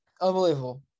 unbelievable